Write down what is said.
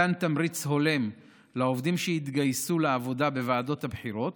מתן תמריץ הולם לעובדים שיתגייסו לעבודה בוועדות הבחירות,